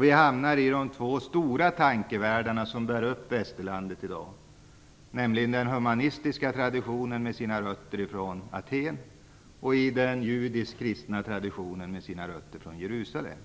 Det handlar då om de två stora tankevärldarna som bär upp västerlandet i dag, nämligen den humanistiska traditionen med sina rötter i Aten och den judiskt-kristna traditionen med sina rötter i Jerusalem.